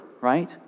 right